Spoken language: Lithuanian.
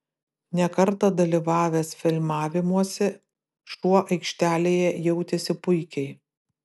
ne kartą dalyvavęs filmavimuose šuo aikštelėje jautėsi puikiai